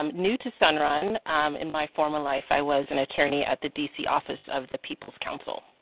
um new to sun run in my former life i was an attorney at the dc office of the people's council.